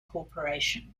corporation